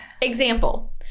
Example